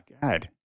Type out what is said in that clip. God